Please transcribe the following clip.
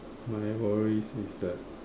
my worries is that